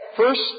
First